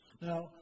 Now